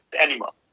animal